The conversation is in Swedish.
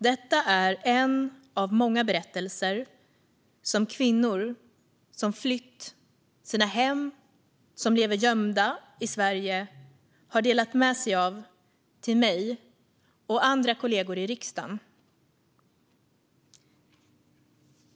Detta är en av många berättelser som kvinnor som flytt sina hem och som lever gömda i Sverige har delat med sig av till mig och mina kollegor i riksdagen.